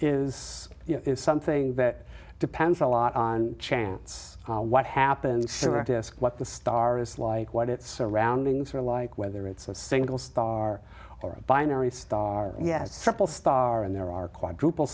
is something that depends a lot on chance what happens sure it is what the stars like what its roundings are like whether it's a single star or a binary star yes triple star and there are quadruple